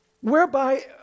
whereby